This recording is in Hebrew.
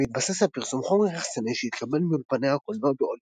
והתבסס על פרסום חומר יחצ"ני שהתקבל מאולפני הקולנוע בהוליווד.